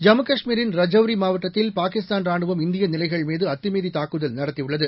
ஜம்மு காஷ்மீரின் ரஜோரி மாவட்டத்தில் பாகிஸ்தான் ரானுவம் இந்திய நிலைகள் மீது அத்துமீறி தாக்குதல் நடத்தியுள்ளது